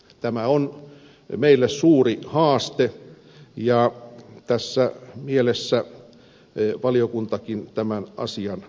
tämä on meille suuri haaste ja tässä mielessä valiokuntakin tämän asian ottaa